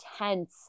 intense